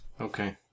Okay